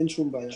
אין שום בעיה.